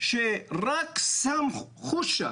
שרק שם חושה